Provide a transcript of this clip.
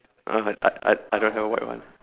uh I I I don't have a white one